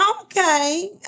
okay